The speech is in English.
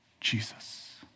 Jesus